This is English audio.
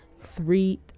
three